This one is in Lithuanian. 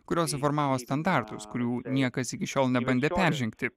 kurios suformavo standartus kurių niekas iki šiol nebandė peržengti